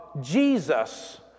Jesus